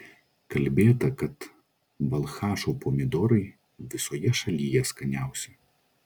kalbėta kad balchašo pomidorai visoje šalyje skaniausi